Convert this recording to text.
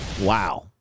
Wow